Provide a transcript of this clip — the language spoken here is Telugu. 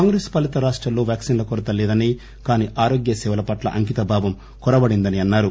కాంగ్రెస్ పాలిత రాష్టాల్లో వ్యాక్సిన్ల కొరత లేదని కానీ ఆరోగ్య సేవల పట్ల అంకితభావం కొరవడిందని అన్నారు